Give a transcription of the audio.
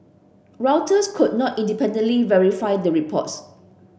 Reuters could not independently verify the reports